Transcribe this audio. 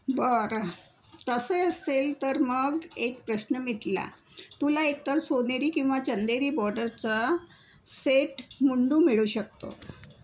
बरं तसे असेल तर मग एक प्रश्न मिटला तुला एकतर सोनेरी किंवा चंदेरी बॉर्डरचा सेट मुंडू मिळू शकतो